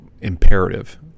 imperative